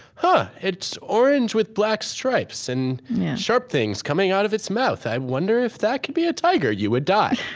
huh, it's orange with black stripes and sharp things coming out of its mouth, i wonder if that could be a tiger, you would die.